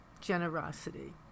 generosity